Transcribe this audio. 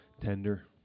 Tender